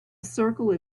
circle